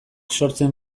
sortzen